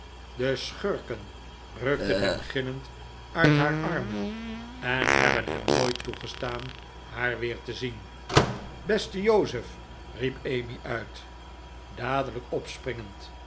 de schurken rukten hem gillend uit haar armen en hebben hem nooit toegestaan haar weer te zien beste joseph riep emmy uit dadelijk opspringend